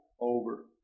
over